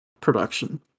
production